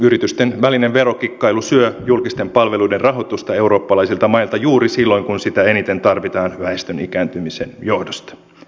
yritysten välinen verokikkailu syö julkisten palveluiden rahoitusta eurooppalaisilta mailta juuri silloin kun julkisia palveluja eniten tarvitaan väestön ikääntymisen johdosta